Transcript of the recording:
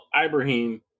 Ibrahim